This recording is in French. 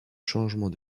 changement